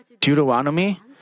Deuteronomy